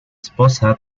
esposa